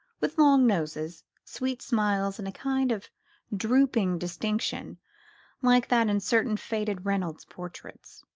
with long noses, sweet smiles and a kind of drooping distinction like that in certain faded reynolds portraits.